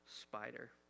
Spider